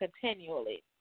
continually